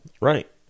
Right